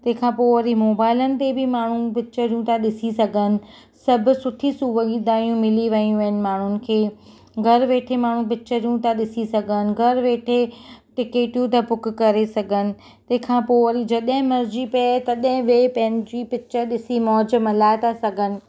तंहिं खां पोइ वरी मोबाइलनि ते बि माण्हू पिक्चरूं था ॾिसी सघनि सभु सुठी सुविधाऊं मिली रही आहिनि माण्हुनि खे घर वेठे माण्हू पिक्चरियूं ता ॾिसी सघनि ऐं घर वेठे टिकेटियूं था बुक करे सघनि तंहिं खां पोइ वरी जॾहिं मर्ज़ी पए तॾहिं उहे पंहिंजी पिक्चर ॾिसी मौज मल्हाए था सघनि